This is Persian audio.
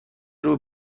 روی